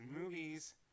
movies